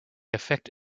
effect